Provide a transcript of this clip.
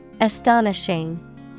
Astonishing